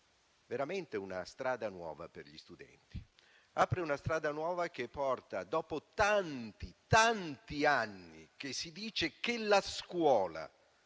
veramente una strada nuova per gli studenti. Apre una strada nuova, dopo tanti anni che si dice che la scuola